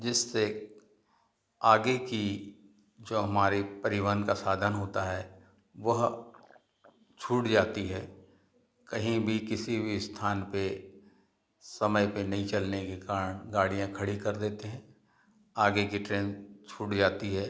जिस्से आगे की जो हमारे परिवहन का साधन होता है वह छूट जाती है कहीं भी किसी भी स्थान पे समय पे नहीं चलने के कारण गाड़ियाँ खड़ी कर देते हैं आगे की ट्रेन छूट जाती है